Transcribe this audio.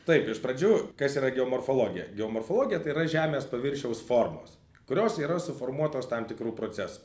taip iš pradžių kas yra geomorfologija geomorfologija tai yra žemės paviršiaus formos kurios yra suformuotos tam tikrų procesų